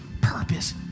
purpose